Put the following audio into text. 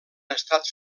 estat